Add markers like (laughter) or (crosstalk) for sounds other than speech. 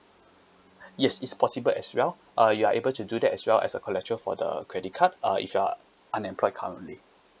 (breath) yes it's possible as well uh you are able to do that as well as a collateral for the credit card uh if you are unemployed currently